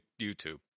YouTube